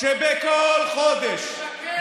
שבכל חודש, זה שקר.